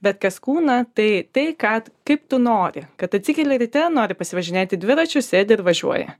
bet kas kūną tai tai kad kaip tu nori kad atsikeli ryte nori pasivažinėti dviračiu sėdi ir važiuoji